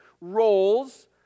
roles